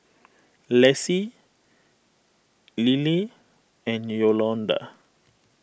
Lessie Lilie and Yolonda